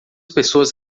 pessoas